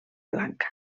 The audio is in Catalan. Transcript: blanca